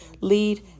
lead